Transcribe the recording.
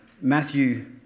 Matthew